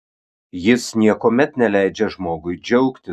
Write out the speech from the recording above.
jis niekuomet neleidžia žmogui džiaugtis